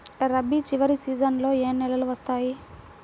రబీ చివరి సీజన్లో ఏ నెలలు వస్తాయి?